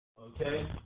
Okay